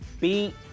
beat